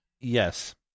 Yes